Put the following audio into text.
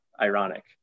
ironic